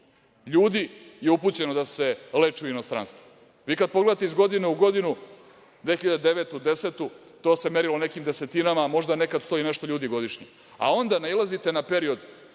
ljudi je upućeno da se leči u inostranstvo. Vi kada pogledate iz godine u godinu 2009. 2010. godinu to se merilo nekim desetinama, a možda nekada 100 i nešto ljudi godišnje, a onda nailazite na jedan